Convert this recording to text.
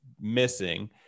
missing